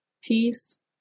Peace